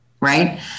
right